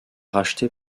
racheté